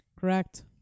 Correct